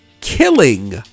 killing